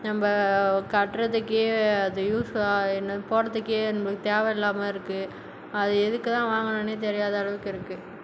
நம்ப கட்டுறத்துக்கே அது யூஸாக என்ன போட்டுறதுக்கே நம்பளுக்கு தேவை இல்லாமேல் இருக்கு அது எதுக்கு தான் வாங்கனேன்னே தெரியாத அளவுக்கு இருக்கு